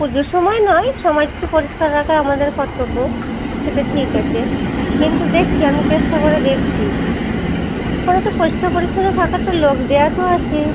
পুজোর সময় নয় সমাজকে পরিষ্কার রাখা আমাদের কর্তব্য সেটা ঠিক আছে কিন্তু দেখছি আমি চেষ্টা করে দেখছি ওখানে তো পরিষ্কার পরিচ্ছন্ন থাকার তো লোক দেওয়া তো আছে